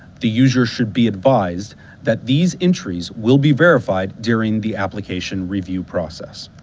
the user should be advised that these entries will be verified during the application review process.